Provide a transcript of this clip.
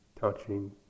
touching